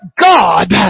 God